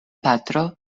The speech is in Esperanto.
patro